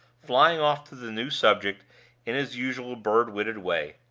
flying off to the new subject in his usual bird-witted way.